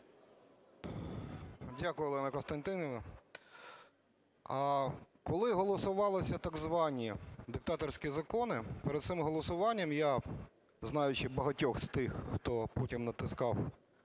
Дякую, Олено Костянтинівно. Коли голосувалися так звані диктаторські закони, перед цим голосуванням, я, знаючи багатьох з тих, хто потім натискав,